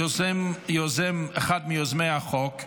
אחד מיוזמי החוק,